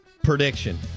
Prediction